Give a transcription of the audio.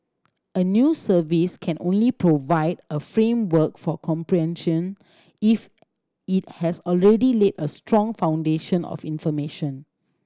a new service can only provide a framework for comprehension if it has already laid a strong foundation of information